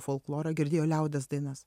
folklorą girdėjo liaudies dainas